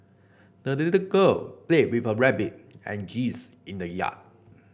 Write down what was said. the little girl played with her rabbit and geese in the yard